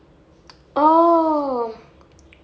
oh